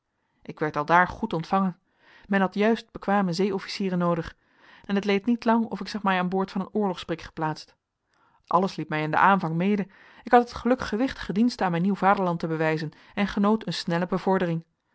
ik werd aldaar goed ontvangen men had juist bekwame zee-officieren noodig en het leed niet lang of ik zag mij aan boord van een oorlogsbrik geplaatst alles liep mij in den aanvang mede ik had het geluk gewichtige diensten aan mijn nieuw vaderland te bewijzen en genoot een snelle bevordering